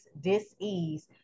dis-ease